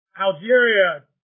Algeria